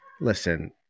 Listen